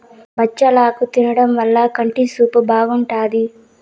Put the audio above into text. బచ్చలాకు తినడం వల్ల కంటి చూపు బాగుంటాది